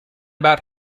about